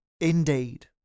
Indeed